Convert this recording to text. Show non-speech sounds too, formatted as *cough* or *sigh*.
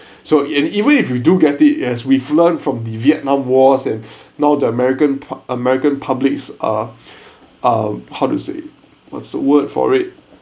so and even if you do get it as we've learnt from the vietnam wars and *breath* now the american puh~ american publics uh *breath* uh how to say what's the word for it